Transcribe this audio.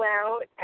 out